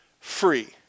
free